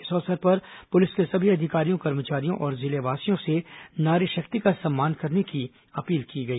इस अवसर पर पुलिस के सभी अधिकारियों कर्मचारियों और जिलेवासियों से नारी शक्ति का सम्मान करने की अपील की गई